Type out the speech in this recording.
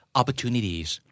opportunities